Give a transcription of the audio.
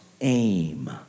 aim